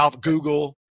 Google